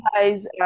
guys